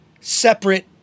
separate